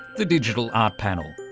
the digital art panel.